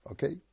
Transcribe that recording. Okay